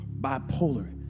bipolar